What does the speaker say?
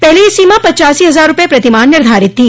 पहले यह सीमा पच्चासी हज़ार रूपये प्रतिमाह निर्धारित थी